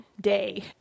day